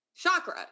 chakra